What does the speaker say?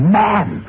man